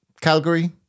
Calgary